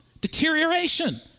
deterioration